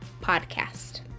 Podcast